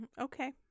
Okay